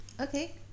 Okay